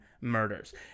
murders